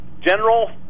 general